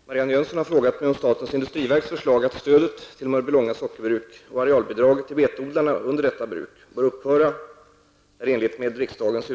Herr talman! Marianne Jönsson har frågat mig om statens industriverks förslag att stödet till Mörbylånga sockerbruk och arealbidraget till betodlarna under detta bruk bör upphöra är i enlighet med riksdagens